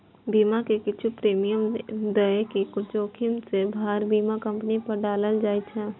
बीमा मे किछु प्रीमियम दए के जोखिम के भार बीमा कंपनी पर डालल जाए छै